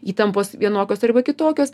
įtampos vienokios arba kitokios